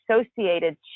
associated